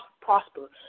prosper